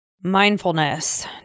Mindfulness